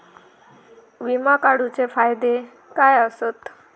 विमा काढूचे फायदे काय आसत?